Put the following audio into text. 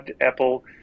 Apple